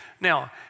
Now